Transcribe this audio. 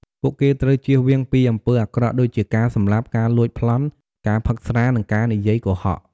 ពួកគេត្រូវជៀសវាងពីអំពើអាក្រក់ ដូចជាការសម្លាប់ ការលួចប្លន់ ការផឹកស្រា និងការនិយាយកុហក។